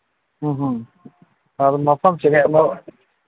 ꯎꯝ ꯎꯝ ꯑꯗꯨ ꯃꯐꯝꯁꯤꯗꯩ ꯑꯃꯨꯛ